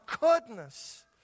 goodness